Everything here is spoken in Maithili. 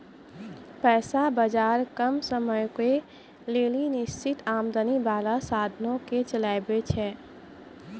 पैसा बजार कम समयो के लेली निश्चित आमदनी बाला साधनो के चलाबै छै